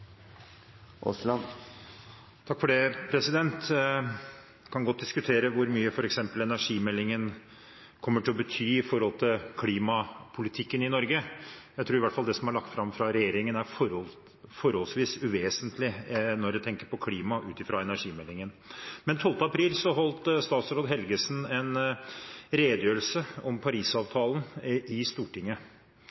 Aasland – til oppfølgingsspørsmål. Vi kan godt diskutere hvor mye f.eks. energimeldingen kommer til å bety når det gjelder klimapolitikken i Norge. Jeg tror i hvert fall at det som er lagt fram fra regjeringen, er forholdsvis uvesentlig når en tenker på klima ut fra energimeldingen. Den 12. april holdt statsråd Helgesen en redegjørelse om